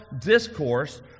discourse